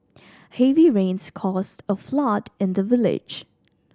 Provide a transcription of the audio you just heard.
heavy rains caused a flood in the village